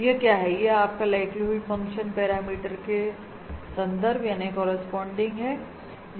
यह क्या है यह आपका लाइक्लीहुड फंक्शन पैरामीटर के संदर्भमें है